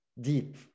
deep